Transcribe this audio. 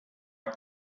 auf